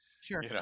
sure